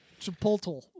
Chipotle